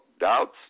doubts